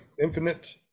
infinite